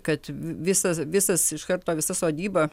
kad visas visas iš karto visa sodyba